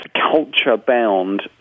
culture-bound